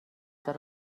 داره